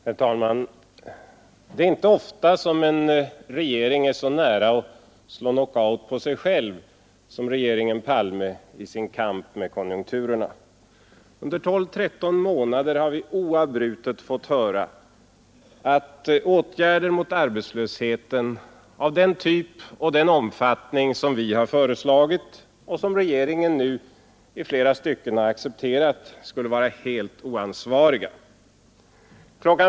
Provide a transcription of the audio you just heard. Herr talman! Det är inte ofta som en regering är så nära att slå knockout på sig själv som regeringen Palme är i sin kamp mot konjunkturerna. Under tolv, tretton månader har vi oavbrutet fått höra att åtgärder mot arbetslösheten av den typ och i den omfattning som vi har föreslagit och som regeringen nu i flera stycken har accepterat skulle vara helt oansvariga. Kl.